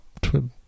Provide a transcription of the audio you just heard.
twib